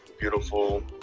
beautiful